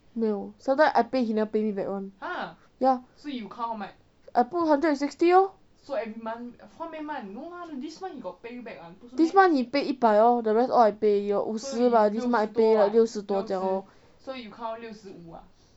没有 sometimes I pay he never pay me back [one] ya I put hundred and sixty lor this month he pay 一百 lor the rest all I pay 有五十 lah this month I pay like 六十多这样 lor